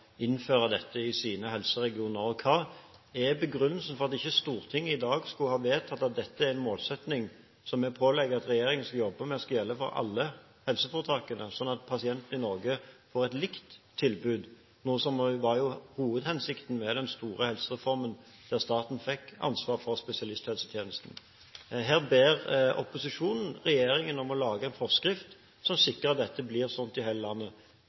innføre dette i sine helseregionale krav. Hva er begrunnelsen for at ikke Stortinget i dag skal få vedtatt at dette er en målsetting som vi pålegger at regjeringen skal jobbe for at skal gjelde for alle helseforetakene, slik at pasientene i Norge får et likt tilbud, noe som jo var hovedhensikten med den store helsereformen der staten fikk ansvaret for spesialisthelsetjenesten? Her ber opposisjonen regjeringen om å lage en forskrift som sikrer at dette blir slik i hele landet.